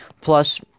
plus